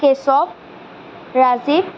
Keshab Rajiv